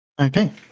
Okay